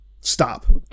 stop